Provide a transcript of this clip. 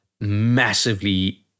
massively